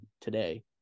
today